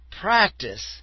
practice